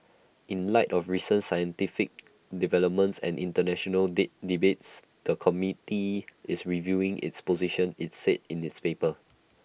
in light of recent scientific developments and International debates the committee is reviewing its position IT said in its paper